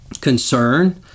concern